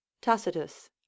Tacitus